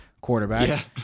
quarterback